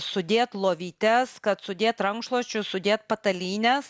sudėt lovytes kad sudėt rankšluosčius sudėt patalynes